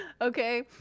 Okay